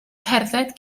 cerdded